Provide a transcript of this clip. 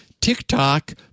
TikTok